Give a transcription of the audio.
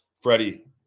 Freddie